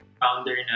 founder